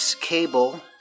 cable